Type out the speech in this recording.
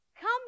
come